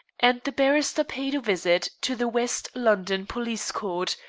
and the barrister paid a visit to the west london police court,